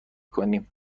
کنیم